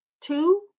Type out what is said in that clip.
two